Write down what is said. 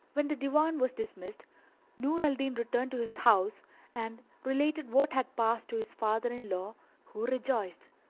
when the divan was dismissed nur al-din returned to his house and related what had passed to his father in-law who rejoiced.